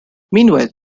meanwhile